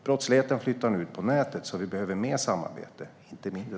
Brottsligheten flyttar nu ut på nätet, så vi behöver mer samarbete, inte mindre.